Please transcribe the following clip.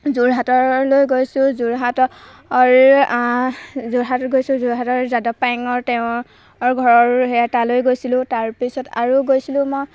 যোৰহাটলৈ গৈছোঁ যোৰহাটৰ যোৰহাটত গৈছোঁ যোৰহাটৰ যাদৱ পায়েঙৰ তেওঁৰ ঘৰ সেইয়া তালৈ গৈছিলোঁ তাৰপিছত আৰু গৈছিলোঁ মই